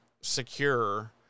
secure